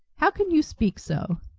how can you speak so.